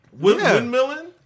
Windmilling